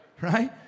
Right